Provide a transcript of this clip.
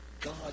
God